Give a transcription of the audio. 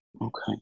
Okay